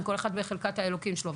אם כל אחד יעשה בחלקת האלוקים שלו,